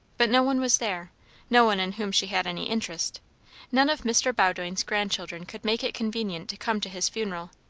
but no one was there no one in whom she had any interest none of mr. bowdoin's grandchildren could make it convenient to come to his funeral.